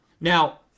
Now